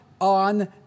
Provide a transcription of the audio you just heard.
On